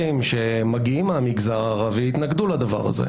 שמגיעים מהמגזר הערבי יתנגדו לדבר הזה.